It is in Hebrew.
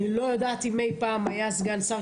אני לא יודעת אם אי פעם היה סגן שר